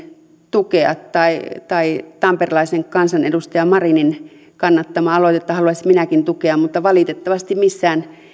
tukea tai tai tamperelaisen kansanedustaja marinin kannattamaa aloitetta haluaisin minäkin tukea valitettavasti missään